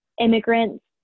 immigrants